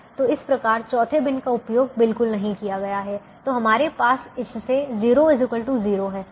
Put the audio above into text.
तो इस प्रकार चौथे बिन का उपयोग बिल्कुल नहीं किया गया है तो हमारे पास इससे 0 0 है